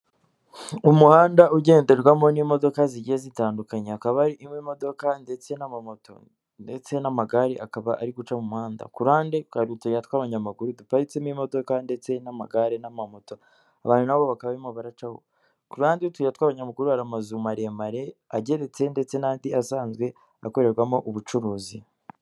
Umuhanda ugenderwamo n'imodoka zigiye zitandukanye hakaba harimo imodoka ndetse n'amamoto ndetse n'amagare akaba ari guca mu muhanda, ku ruhande hari utuyira tw'abanyamaguru duparitsemo imodoka ndetse n'amagare n'amamoto abantu nabo bakaba harimo baracaho, kuruhande y'utuyira tw'abangurura hari amazu maremare ageretse ndetse n'andi asanzwe akorerwamo ubucuruzi.